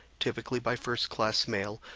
typically by first-class mail,